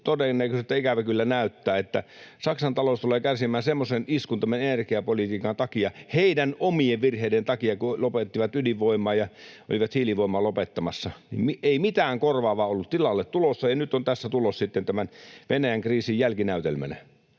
todennäköiseltä ikävä kyllä näyttää, että Saksan talous tulee kärsimään semmoisen iskun tämän energiapolitiikan takia, heidän omien virheidensä takia, kun lopettivat ydinvoiman ja olivat hiilivoimaa lopettamassa eikä mitään korvaavaa ollut tilalle tulossa, ja nyt on tässä tulos sitten tämän Venäjän kriisin jälkinäytelmänä.